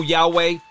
Yahweh